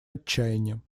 отчаянием